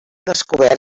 descobert